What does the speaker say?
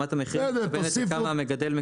רמת המחירים --- כמה המגדל מקבל,